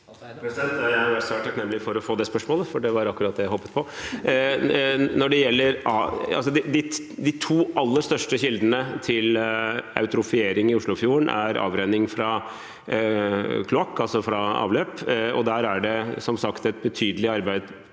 Jeg er svært takknemlig for å få det spørsmålet; det var akkurat det jeg håpet på. De er to store kilder til eutrofiering i Oslofjorden. Den første er avrenning fra kloakk, altså fra avløp, og der er det, som sagt, et betydelig arbeid